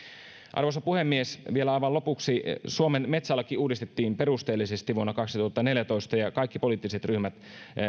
arvoisa puhemies vielä aivan lopuksi suomen metsälaki uudistettiin perusteellisesti vuonna kaksituhattaneljätoista ja ja kaikki poliittiset ryhmät